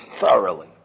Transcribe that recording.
thoroughly